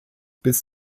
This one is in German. bis